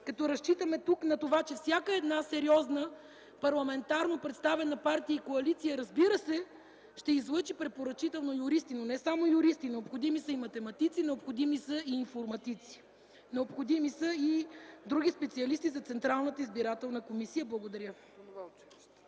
като разчитаме на това, че всяка една сериозна парламентарно представена партия и коалиция, разбира се, ще излъчи препоръчителни юристи, но не само юристи, необходими са и математици, необходими са и информатици, и други специалисти за Централната избирателна комисия. Благодаря